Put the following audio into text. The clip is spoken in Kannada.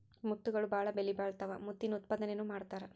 ಮುತ್ತುಗಳು ಬಾಳ ಬೆಲಿಬಾಳತಾವ ಮುತ್ತಿನ ಉತ್ಪಾದನೆನು ಮಾಡತಾರ